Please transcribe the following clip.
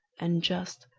and just,